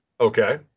Okay